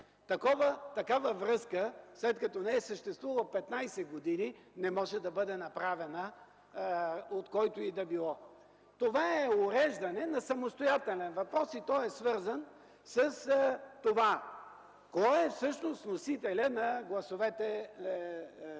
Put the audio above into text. Такава връзка, след като не е съществувала 15 години, не може да бъде направена от който и да било. Това е уреждане на самостоятелен въпрос и той е свързан с това – кой всъщност е носителят на действителните